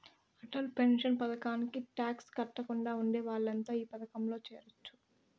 Atal pension పథకానికి tax కట్టకుండా ఉండే వాళ్లంతా ఈ పథకంలో చేరొచ్చు